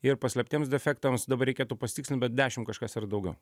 ir paslėptiems defektams dabar reikėtų pasitikslint bet dešim kažkas ir daugiau